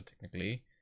technically